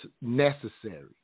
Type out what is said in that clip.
necessary